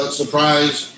surprise